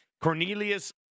Cornelius